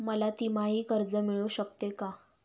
मला तिमाही कर्ज मिळू शकते का?